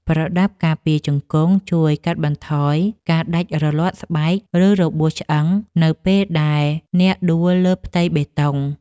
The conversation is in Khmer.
ប្រដាប់ការពារជង្គង់ ជួយកាត់បន្ថយការដាច់រលាត់ស្បែក ឬរបួសឆ្អឹងនៅពេលដែលអ្នកដួលលើផ្ទៃបេតុង។